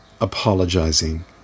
apologizing